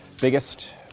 biggest